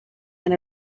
and